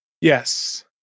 yes